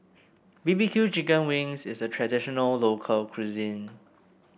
B B Q Chicken Wings is a traditional local cuisine